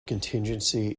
contingency